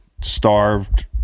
starved